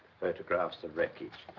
photographs of wreckage.